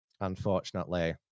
unfortunately